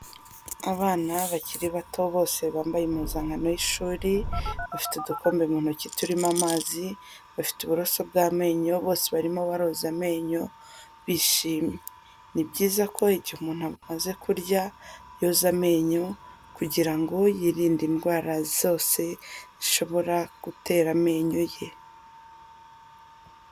Abana bakiri bato bose bambaye impuzankano y'ishuri, bafite udukombe mu ntoki turimo amazi, bafite uburaso bw'amenyo, bose barimo baroza amenyo bishimye, ni byiza ko igihe umuntu amaze kurya yoza amenyo kugira ngo yirinde indwara zose zishobora gutera amenyo ye.